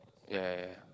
ya ya ya